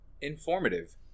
informative